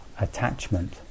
attachment